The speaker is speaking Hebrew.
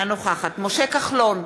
אינה נוכחת משה כחלון,